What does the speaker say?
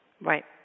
Right